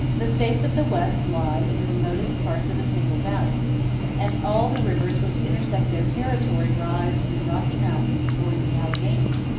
the states of the west lie in the remotest parts of a single valley and all the rivers which intersect their territory rise in the rocky mountains or in the alleghanies,